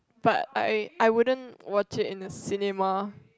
but I I wouldn't watch in the cinema